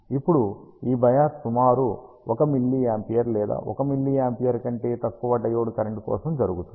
ఇప్పుడు ఈ బయాస్ సుమారు 1 mA లేదా 1 mA కన్నా తక్కువ డయోడ్ కరెంట్ కోసం జరుగుతుంది